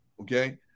Okay